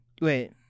Wait